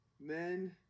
men